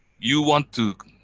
you want to